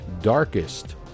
darkest